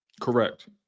Correct